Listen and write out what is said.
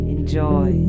Enjoy